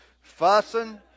fussing